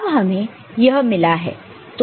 अब हमें यह मिला है